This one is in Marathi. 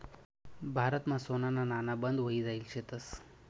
भारतमा सोनाना नाणा बंद व्हयी जायेल शेतंस